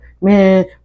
man